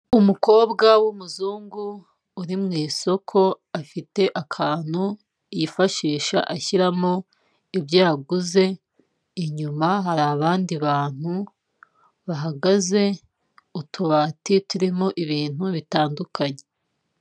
Umukobwa w'umuzungu uri mu isoko, afite akantu yifashisha ashyiramo ibyo yaguze, inyuma hari abandi bantu bahagaze, utubati turimo ibintu bitandukanye.